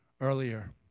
earlier